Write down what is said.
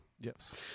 Yes